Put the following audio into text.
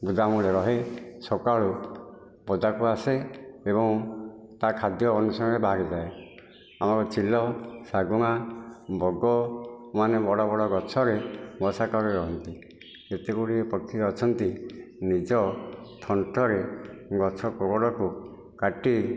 ବୁଦା ମୂଳେ ରହେ ସକାଳୁ ପଦାକୁ ଆସେ ଏବଂ ତା ଖାଦ୍ୟ ଅନ୍ୱେଷଣରେ ବାହାରିଥାଏ ଆଉ ଚିଲ ଶାଗୁଣା ବଗ ମାନେ ବଡ଼ ବଡ଼ ଗଛରେ ବସା କରି ରହନ୍ତି କେତେ ଗୁଡ଼ିଏ ପକ୍ଷୀ ଅଛନ୍ତି ନିଜ ଥଣ୍ଟରେ ଗଛ କୋରଡ଼କୁ କାଟି